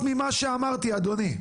שאמרתי, אדוני.